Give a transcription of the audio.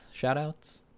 Shoutouts